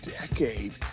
decade